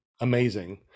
amazing